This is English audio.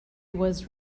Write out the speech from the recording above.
was